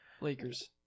Lakers